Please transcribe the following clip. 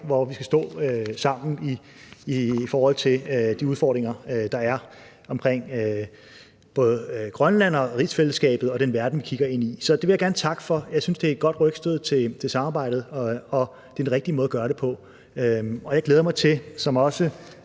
hvor vi skal stå sammen i forhold til de udfordringer, der er, både i Grønland og rigsfællesskabet og i den verden, vi kigger ind i. Det vil jeg gerne takke for. Jeg synes, det er et godt rygstød til samarbejdet og den rigtige måde at gøre det på Jeg glæder mig til det, som